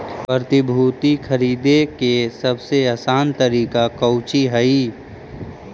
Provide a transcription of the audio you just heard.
प्रतिभूति खरीदे के सबसे आसान तरीका कउची हइ